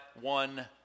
one